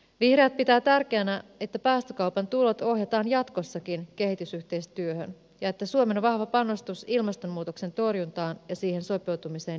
vihreät pitää tärkeänä että päästökaupan tulot ohjataan jatkossakin kehitysyhteistyöhön ja että suomen vahva panostus ilmastonmuutoksen torjuntaan ja siihen sopeutumiseen jatkuu